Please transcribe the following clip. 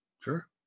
Sure